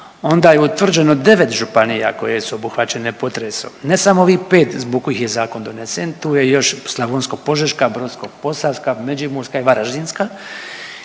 onda je utvrđeno 9 županija koje su obuhvaćene potresom, ne samo ovih 5 zbog kojih je zakon donesen, tu je još slavonsko-požeška, Brodsko-posavska, Međimurska i Varaždinska